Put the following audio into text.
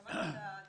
שמעתי.